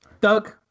Doug